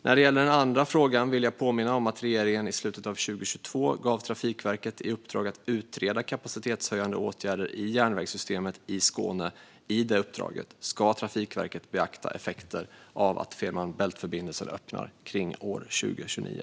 När det gäller den andra frågan vill jag påminna om att regeringen i slutet av 2022 gav Trafikverket i uppdrag att utreda kapacitetshöjande åtgärder i järnvägssystemet i Skåne. I det uppdraget ska Trafikverket beakta effekter av att Fehmarn Bält-förbindelsen öppnar kring år 2029.